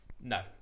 no